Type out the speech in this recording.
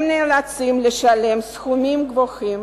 הם נאלצים לשלם סכומים גבוהים